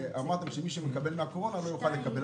אמרתם שמי שמקבל בעקבות הקורונה לא יוכל לקבל פה.